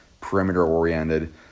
perimeter-oriented